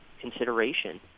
consideration